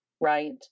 right